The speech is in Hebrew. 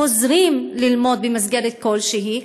חוזרים ללמוד במסגרת כלשהי,